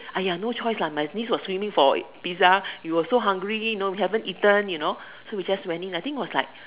!aiya! no choice lah my niece was swimming for pizza she was so hungry you know we haven't eaten you know so we just went in I think was like